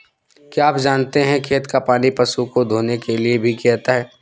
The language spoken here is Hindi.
क्या आप जानते है खेत का पानी पशु को धोने के लिए भी किया जाता है?